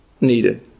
needed